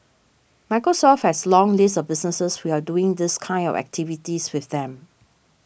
Microsoft has a long list of businesses who are doing these kind of activities with them